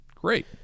Great